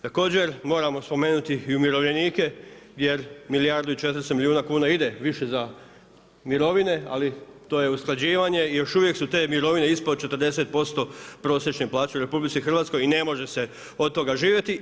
Također, moramo spomenuti i umirovljenike, jer milijardu i 400 milijuna kuna ide više za mirovine, ali to je za usklađivanje i još uvijek su te mirovine ispod 40% prosječne plaće u RH i ne može se od toga živjeti.